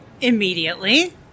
Immediately